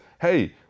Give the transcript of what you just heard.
hey